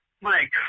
Mike